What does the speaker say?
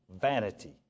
vanity